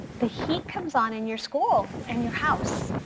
the heat comes on in your school and your house.